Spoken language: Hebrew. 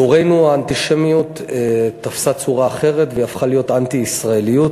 בדורנו האנטישמיות תפסה צורה אחרת והפכה להיות אנטי-ישראליות,